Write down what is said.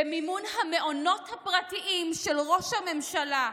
במימון המעונות הפרטיים של ראש הממשלה,